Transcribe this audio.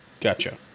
Gotcha